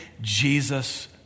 Jesus